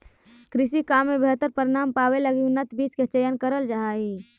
कृषि काम में बेहतर परिणाम पावे लगी उन्नत बीज के चयन करल जा हई